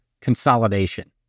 consolidation